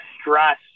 stress